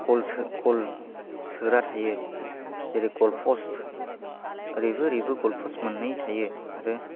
गल सो गल सोग्रा थायो जेरै गल फ्सट ओरैबो ओरैबो गल फ्सट मोननै थायो आरो